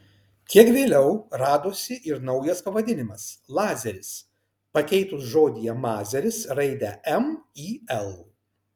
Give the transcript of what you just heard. kiek vėliau radosi ir naujas pavadinimas lazeris pakeitus žodyje mazeris raidę m į l